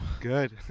Good